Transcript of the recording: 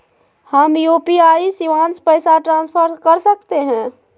हम यू.पी.आई शिवांश पैसा ट्रांसफर कर सकते हैं?